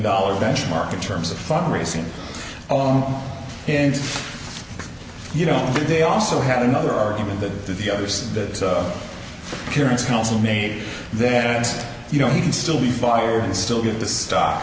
dollars benchmark in terms of fundraising and you know they also have another argument that the others that the parents council made there and you know he can still be fired and still get the stock